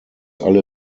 alle